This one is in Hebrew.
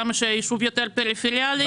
כמה שהיישוב יותר פריפריאלי,